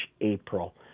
April